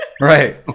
Right